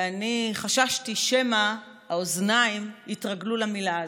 ואני חששתי שמא האוזניים התרגלו למילה הזאת.